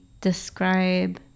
describe